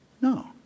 No